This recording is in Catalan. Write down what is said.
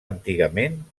antigament